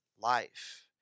life